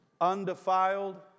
undefiled